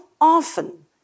often